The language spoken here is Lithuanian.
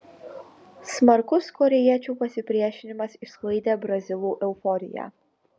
smarkus korėjiečių pasipriešinimas išsklaidė brazilų euforiją